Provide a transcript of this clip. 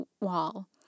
wall